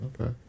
Okay